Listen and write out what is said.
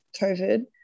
covid